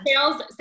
sales